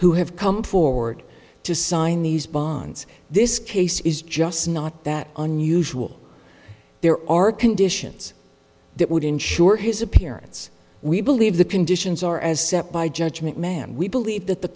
who have come forward to sign these bonds this case is just not that unusual there are conditions that would ensure his appearance we believe the conditions are as set by judgment man we believe that the